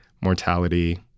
mortality